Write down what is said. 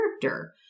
character